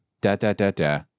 da-da-da-da